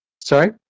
Sorry